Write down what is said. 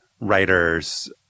writers